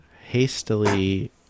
hastily